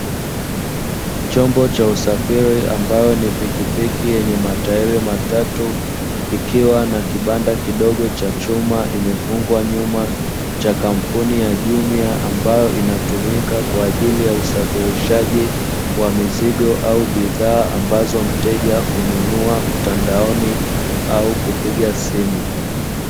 Chombo cha usafiri ambayo ni pikipiki yenye matairi matatu, ikiwa na kibanda kidogo cha chuma imefungwa nyuma, cha kampuni ya "Jumia" ambayo inatumika kwa ajili ya usafirishaji wa mizigo au bidhaa ambazo mteja hununua mtandaoni au kupiga simu.